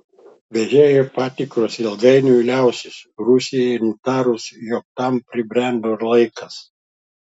vežėjų patikros ilgainiui liausis rusijai nutarus jog tam pribrendo laikas